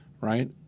right –